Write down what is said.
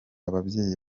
ababyeyi